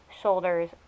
shoulders